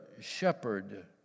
shepherd